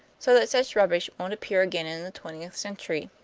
so that such rubbish won't appear again in the twentieth century.